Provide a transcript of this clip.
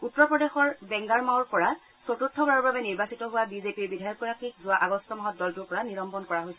উত্তৰ প্ৰদেশৰ বেংগাৰমাওৰ পৰা চতৃৰ্থবাৰৰ বাবে নিৰ্বাচিত হোৱা বিজেপিৰ বিধায়কগৰাকীক যোৱা আগষ্ট মাহত দলটোৰ পৰা নিলম্বন কৰা হৈছে